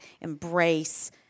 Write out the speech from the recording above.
embrace